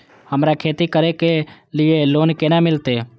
हमरा खेती करे के लिए लोन केना मिलते?